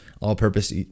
all-purpose